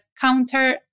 counter